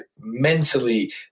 mentally